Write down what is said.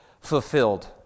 fulfilled